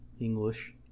English